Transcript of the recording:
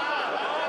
הצבעה מאוחר יותר,